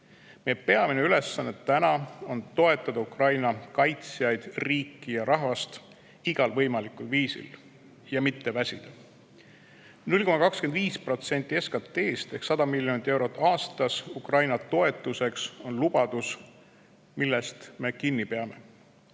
Meie peamine ülesanne on toetada Ukraina kaitsjaid, riiki ja rahvast igal võimalikul viisil ja mitte väsida. 0,25% SKT-st ehk 100 miljonit eurot aastas Ukraina toetuseks on lubadus, millest me kinni peame.